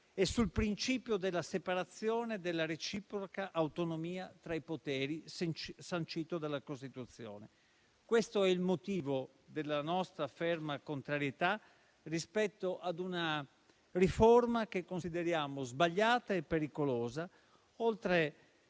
e sul principio della separazione e della reciproca autonomia tra i poteri sancito dalla Costituzione. Questo è il motivo della nostra ferma contrarietà rispetto a una riforma che consideriamo sbagliata e pericolosa, oltre